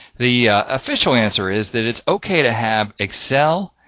the official answer is, that it's okay to have excel,